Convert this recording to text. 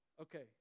Okay